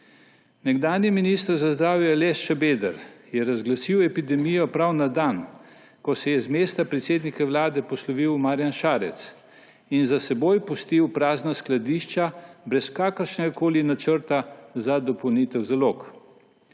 Nekdanji minister za zdravje Aleš Šabeder je razglasil epidemijo prav na dan, ko se je z mesta predsednika vlade poslovil Marjan Šarec in za seboj pustil prazna skladišča brez kakršnegakoli načrta za dopolnitev zalog.